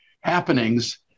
happenings